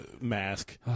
mask